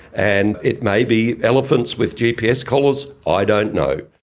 and it may be elephants with gps collars, i don't know.